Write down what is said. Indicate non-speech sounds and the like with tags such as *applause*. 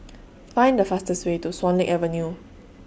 *noise* Find The fastest Way to Swan Lake Avenue